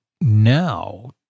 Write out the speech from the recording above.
now